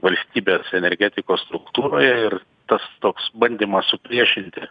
valstybės energetikos struktūroje ir tas toks bandymas supriešinti